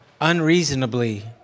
unreasonably